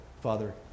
Father